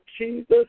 Jesus